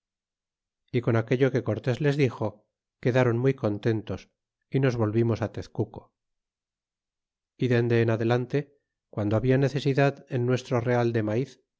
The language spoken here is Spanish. y con aquello que cortés les dixo quedaron muy contentos y nos volvimos a tezcuco y dende en adelante guando habla necesidad en nuestro real de mau